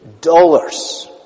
dollars